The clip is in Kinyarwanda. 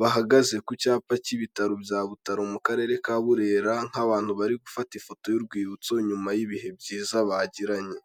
bahagaze ku cyapa k'ibitaro bya butaro mu karere ka burera nk'abantu bari gufata ifoto y'urwibutso nyuma y'ibihe byiza bagiranye.